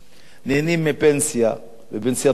נהנים מפנסיה, ופנסיה טובה.